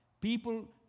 People